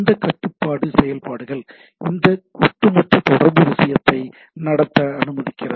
இந்த கட்டுப்பாட்டு செயல்பாடுகள் இந்த ஒட்டுமொத்த தொடர்பு விஷயத்தை நடக்க அனுமதிக்கிறது